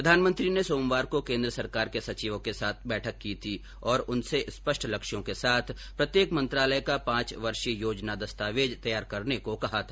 प्रधानमंत्री ने सोमवार को केन्द्र सरकार के सचिवों के साथ बैठक की थी और उनसे स्पष्ट लक्ष्यों के साथ प्रत्येक मंत्रालय का पांच वर्षीय योजना दस्तावेज तैयार करने को कहा था